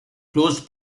closed